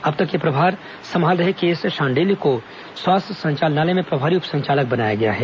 अब तक यह प्रभार संभाल रहे के एस शांडिल्य को स्वास्थ्य संचालनालय में प्रभारी उप संचालक बनाया गया है